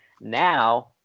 Now